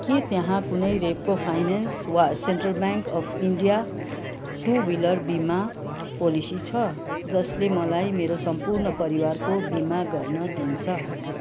के त्यहाँ कुनै रेपो फाइनान्स् वा central bank of India two wheeler विमा पोलिसी छ जसले मलाई मेरो सम्गपूर्ण परिवारको विमा गर्न दिन्छ